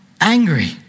angry